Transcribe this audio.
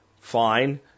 fine